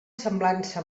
semblança